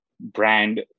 brand